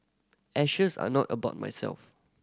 ashes are not about myself